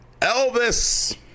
elvis